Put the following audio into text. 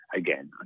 again